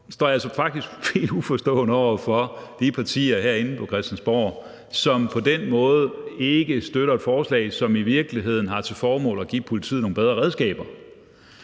Derfor står jeg altså faktisk helt uforstående over for de partier herinde på Christiansborg, som på den måde ikke støtter et forslag, som i virkeligheden har til formål at give politiet nogle bedre redskaber,